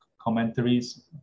commentaries